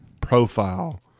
profile